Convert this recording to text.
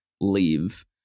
leave